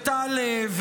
ותעלה,